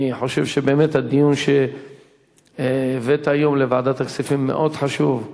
אני חושב שבאמת הדיון שהבאת היום לוועדת הכספים מאוד חשוב.